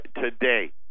today